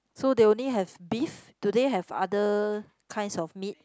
so they only have beef do they have other kinds of meat